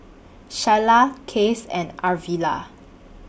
Shyla Case and Arvilla